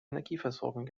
energieversorgung